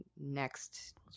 next